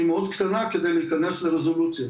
היא מאוד קטנה כדי להיכנס לרזולוציות.